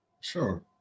Sure